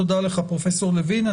תודה לך פרופסור לוין.